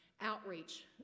outreach